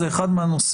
זה אחד הנושאים